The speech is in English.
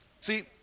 See